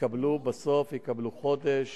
יקבלו בסוף חודש